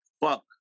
Fuck